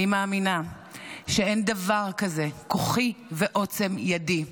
אני מאמינה שאין דבר כזה כוחי ועוצם ידי,